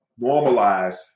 normalize